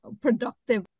productive